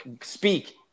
Speak